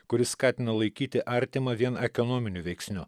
kuris skatina laikyti artimą vien ekonominiu veiksniu